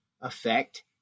affect